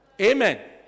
Amen